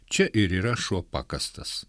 čia ir yra šuo pakastas